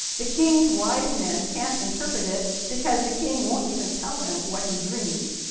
the king's wise men can't interpret it because the king won't even tell them what he dreamed.